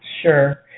Sure